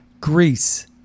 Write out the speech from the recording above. Greece